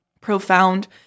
profound